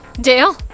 Dale